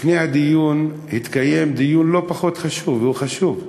לפני הדיון התקיים דיון לא פחות חשוב, והוא חשוב,